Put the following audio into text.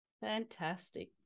Fantastic